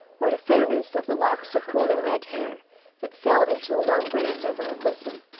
or the fairness of the locks of golden red hair that fell in two long braids over her bosom,